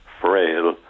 frail